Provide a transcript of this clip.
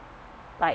like